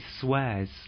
swears